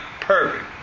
perfect